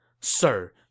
Sir